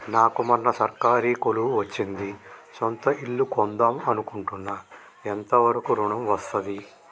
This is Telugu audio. నాకు మొన్న సర్కారీ కొలువు వచ్చింది సొంత ఇల్లు కొన్దాం అనుకుంటున్నా ఎంత వరకు ఋణం వస్తది?